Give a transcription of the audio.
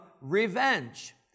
revenge